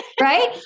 right